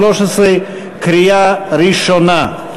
קריאה ראשונה.